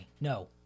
no